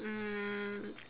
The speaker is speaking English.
mm